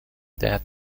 that